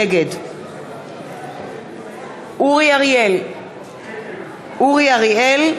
נגד אורי אריאל,